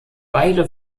beide